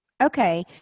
okay